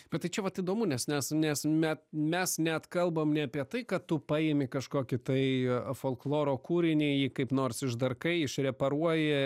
bet tai čia vat įdomu nes nes nes me mes net kalbam ne apie tai kad tu paimi kažkokį tai folkloro kūrinį jį kaip nors išdarkai išreparuoji